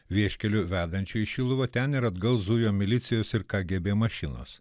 vieškeliu vedančiu į šiluvą ten ir atgal zujo milicijos ir kgb mašinos